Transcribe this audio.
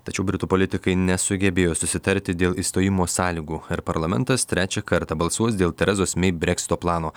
tačiau britų politikai nesugebėjo susitarti dėl išstojimo sąlygų ir parlamentas trečią kartą balsuos dėl terezos mei breksito plano